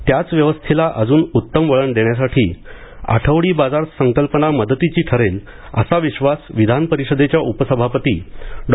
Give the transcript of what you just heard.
त्याच व्यवस्थेला अजून उत्तम वळण देण्यासाठी आठवडी बाजार संकल्पना मदतीची ठरेल असा विश्वास विधान परिषदेच्या उपसभापती डॉ